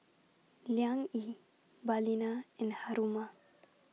Liang Yi Balina and Haruma